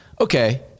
okay